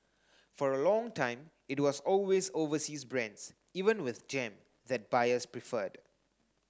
for a long time it was always overseas brands even with jam that buyers preferred